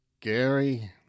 Gary